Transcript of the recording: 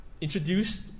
introduced